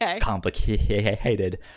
complicated